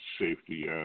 safety